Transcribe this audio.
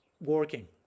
working